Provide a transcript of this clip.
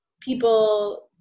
people